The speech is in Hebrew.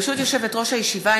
ברשות יושבת-ראש הישיבה,